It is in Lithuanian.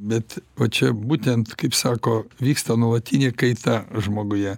bet va čia būtent kaip sako vyksta nuolatinė kaita žmoguje